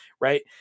right